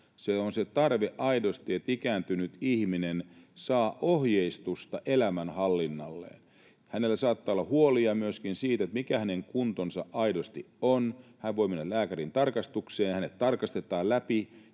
Se on se tarve aidosti, että ikääntynyt ihminen saa ohjeistusta elämänhallinnalleen. Hänellä saattaa olla huolia myöskin siitä, mikä hänen kuntonsa aidosti on. Hän voi mennä lääkärintarkastukseen, ja hänet tarkastetaan läpi,